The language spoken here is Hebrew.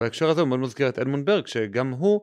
בהקשר הזה מאוד מוזכיר את אלמון ברג שגם הוא